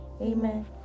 Amen